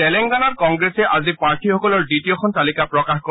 তেলেংগানাত কংগ্ৰেছে আজি প্ৰাৰ্থীসকলৰ দ্বিতীয়খন তালিকা প্ৰকাশ কৰে